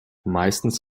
meistens